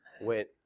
went